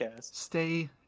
stay